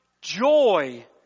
joy